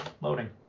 loading